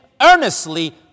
earnestly